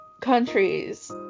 countries